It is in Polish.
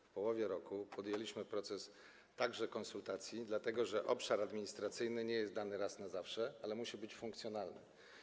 W połowie roku podjęliśmy także konsultacje, dlatego że obszar administracyjny nie jest dany raz na zawsze, musi on być funkcjonalny.